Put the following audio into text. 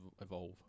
evolve